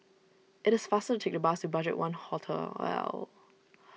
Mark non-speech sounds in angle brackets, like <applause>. it is faster take the bus to Budgetone Hotel <unintelligible>